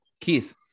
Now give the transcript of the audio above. Keith